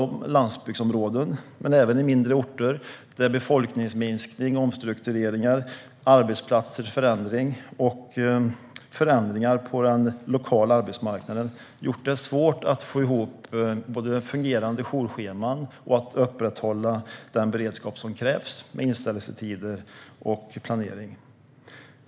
I landsbygdsområden och på mindre orter har befolkningsminskning, omstrukturering, arbetsplatser i förändring och förändringar på den lokala arbetsmarknaden gjort det svårt att få ihop fungerande jourscheman och upprätthålla den beredskap som krävs med inställelsetider och planering.